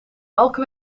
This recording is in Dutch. elke